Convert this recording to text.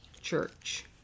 church